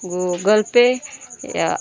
Google Pay या